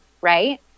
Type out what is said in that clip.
right